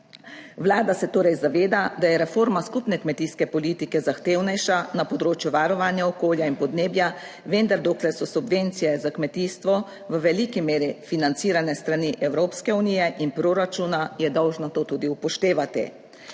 Vlada se torej zaveda, da je reforma skupne kmetijske politike zahtevnejša na področju varovanja okolja in podnebja, vendar dokler so subvencije za kmetijstvo v veliki meri financirane s strani Evropske unije in proračuna je dolžna to tudi upoštevati.